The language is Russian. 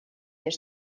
вас